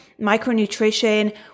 micronutrition